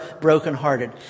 brokenhearted